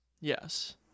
Yes